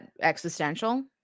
existential